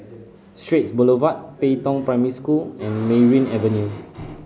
Straits Boulevard Pei Tong Primary School and Merryn Avenue